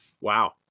Wow